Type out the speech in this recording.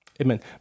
Amen